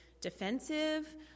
defensive